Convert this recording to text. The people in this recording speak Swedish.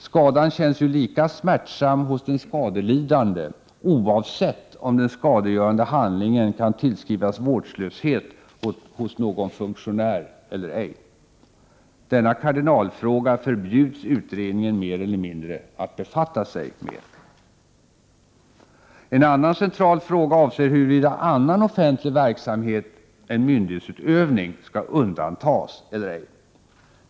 Skadan känns ju lika smärtsam hos den skadelidande oavsett om den skadegörande handlingen kan tillskrivas vårdslöshet hos någon funktionär eller ej. Denna kardinalfråga förbjuds utredningen mer eller mindre att befatta sig med. En annan central fråga avser huruvida annan offentlig verksamhet än myndighetsutövning skall undantas eller ej.